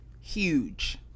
Huge